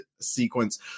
sequence